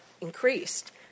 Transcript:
increased